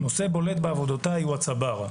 נושא בולט בעבודותיי הוא הצבר,